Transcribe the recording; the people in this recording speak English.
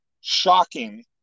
shocking